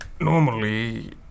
Normally